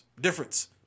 difference